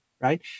right